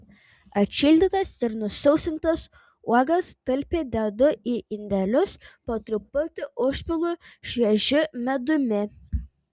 atšildytas ir nusausintas uogas talpiai dedu į indelius ir po truputį užpilu šviežiu medumi